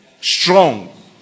Strong